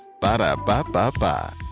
Ba-da-ba-ba-ba